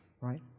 right